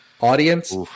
Audience